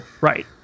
right